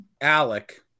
Alec